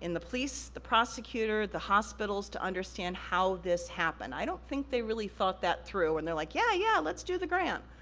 in the police, the prosecutor, the hospitals, to understand how this happened. i don't think they really thought that through, when they're like, yeah, yeah, let's do the grant.